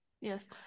Yes